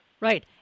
Right